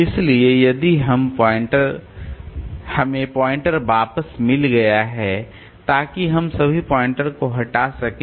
इसलिए यदि हमें पॉइंटर वापस मिल गया है ताकि हम सभी पॉइंटर को हटा सकें